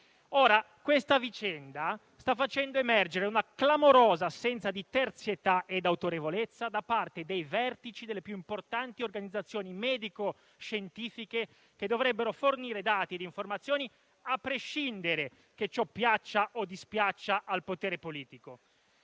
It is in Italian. questa vicenda sta facendo emergere una clamorosa assenza di terzietà ed autorevolezza da parte dei vertici delle più importanti organizzazioni medico-scientifiche, che dovrebbero fornire dati e informazioni a prescindere dal fatto che ciò piaccia o dispiaccia al potere politico.